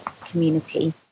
community